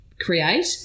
create